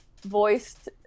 voiced